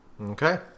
Okay